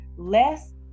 less